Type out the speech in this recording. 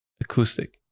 acoustic